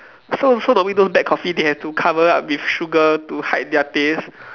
so so normally those black coffee they have to cover up with sugar to hide their taste